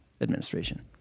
administration